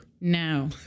No